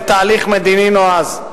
בתהליך מדיני נועז.